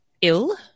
ill